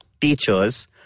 teachers